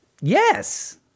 Yes